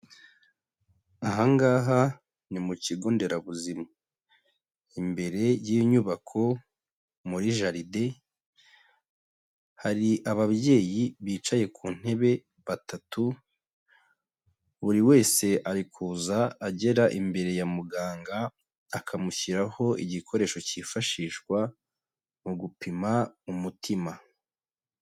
Ahangaha ni mu kigo nderabuzima. Imbere y'inyubako muri jaride hari ababyeyi bicaye ku ntebe batatu, buri wese ari kuza agera imbere ya muganga akamushyiraho igikoresho cyifashishwa mu gupima umutima.